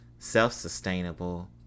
Self-sustainable